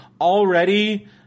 already